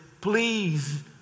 please